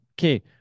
okay